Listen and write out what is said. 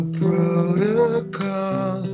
protocol